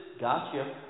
Gotcha